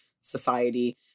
society